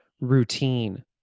routine